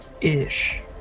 ish